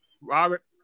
Robert